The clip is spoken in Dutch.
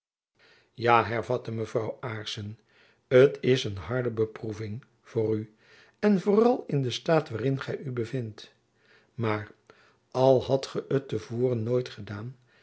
ja hervatte mevrouw aarssen t is een harde beproeving voor u en vooral in den staat waarin gy u bevindt maar al hadt gy t te voren nooit gedaan